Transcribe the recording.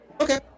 Okay